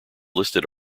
listed